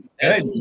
Good